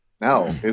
No